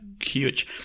huge